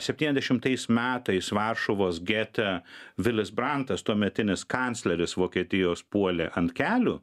septyniasdešimtais metais varšuvos gete vilis brantas tuometinis kancleris vokietijos puolė ant kelių